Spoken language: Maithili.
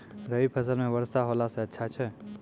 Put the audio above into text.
रवी फसल म वर्षा होला से अच्छा छै?